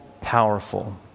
powerful